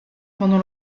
pendant